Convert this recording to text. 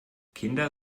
kinder